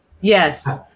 Yes